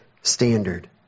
standard